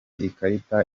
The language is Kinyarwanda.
ikarita